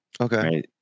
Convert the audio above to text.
Okay